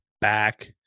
back